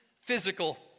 physical